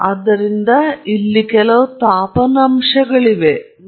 ಆದ್ದರಿಂದ ಇಲ್ಲಿ ಕೆಲವು ತಾಪನ ಅಂಶಗಳಿವೆ ಇಲ್ಲಿ ಕೆಲವು ತಾಪನ ಅಂಶಗಳು ಇಲ್ಲಿವೆ